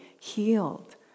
healed